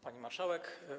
Pani Marszałek!